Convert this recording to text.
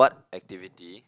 activity